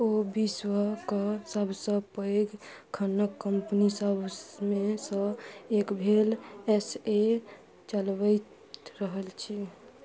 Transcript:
ओ विश्वके सबसँ पैघ खनन कम्पनी सबमेसँ एक भेल एस ए चलबैत रहल छी